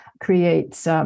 creates